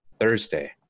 Thursday